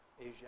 Asia